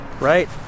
right